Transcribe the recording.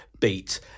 Beat